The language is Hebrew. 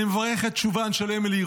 אני מברך על שובן של אמילי,